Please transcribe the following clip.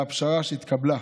והפשרה שהתקבלה,